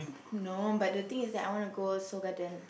no but the thing is that I want to go Seoul-Garden